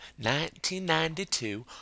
1992